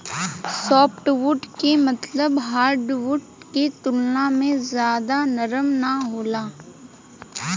softwood के मतलब hardwood के तुलना में ज्यादा नरम ना होला